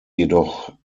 jedoch